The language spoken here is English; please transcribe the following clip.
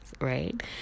right